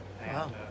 Wow